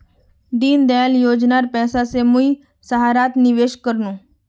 दीनदयाल योजनार पैसा स मुई सहारात निवेश कर नु